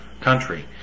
country